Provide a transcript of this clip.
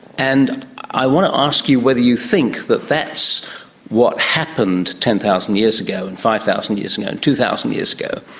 and i want to ask you whether you think that's what happened ten thousand years ago and five thousand years ago and two thousand years ago,